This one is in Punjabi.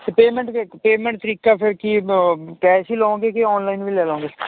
ਪੇਮੈਂਟ ਫੇਰ ਪੇਮੈਂਟ ਤਰੀਕਾ ਫੇਰ ਕੀ ਕੈਸ਼ ਹੀ ਲਾਓਂਗੇ ਕਿ ਔਨਲਾਈਨ ਵੀ ਲੈ ਲੋਂਗੇ